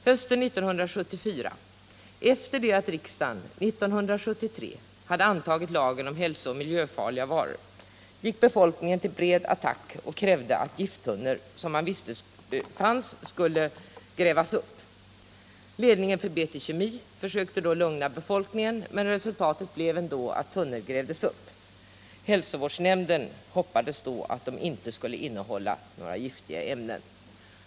Hösten 1974 — efter det att riksdagen 1973 hade antagit lagen om hälsooch miljöfarliga varor — gick befolkningen till bred attack och krävde att gifttunnor som man visste fanns skulle grävas upp. Ledningen för BT Kemi försökte då lugna befolkningen, men resultatet blev ändå att tunnor grävdes upp. Hälsovårdsnämnden hoppades då att de inte skulle innehålla några giftiga ämnen.